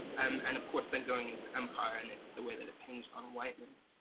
um and of course then going into empire, and it's the way that it's hinged on whiteness.